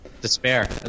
Despair